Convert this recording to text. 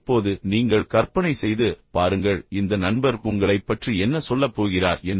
இப்போது நீங்கள் கற்பனை செய்து பாருங்கள் இந்த நண்பர் உங்களைப் பற்றி என்ன சொல்லப் போகிறார் என்று